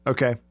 Okay